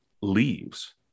leaves